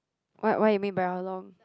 what what you mean by how long